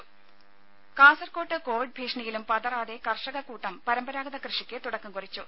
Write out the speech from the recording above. രുര കാസർകോട്ട് കോവിഡ് ഭീഷണിയിലും പതറാതെ കർഷക കൂട്ടം പരമ്പരാഗത കൃഷിയ്ക്ക് തുടക്കം കുറിച്ചു